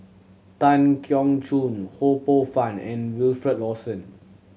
Tan Keong Choon Ho Poh Fun and Wilfed Lawson